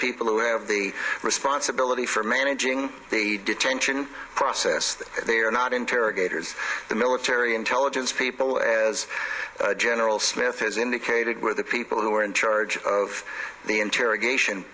people who have the responsibility for managing the detention process they are not interrogators the military intelligence people as general smith has indicated were the people who were in charge of the interrogation